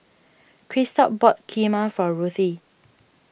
Christop bought Kheema for Ruthe